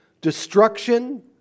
destruction